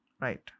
Right